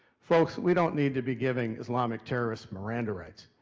folks, we don't need to be giving islamic terrorists miranda rights.